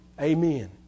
Amen